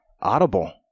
Audible